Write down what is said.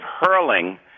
hurling